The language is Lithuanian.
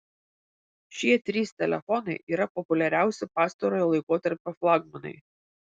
šie trys telefonai yra populiariausi pastarojo laikotarpio flagmanai